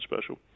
special